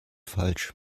falsch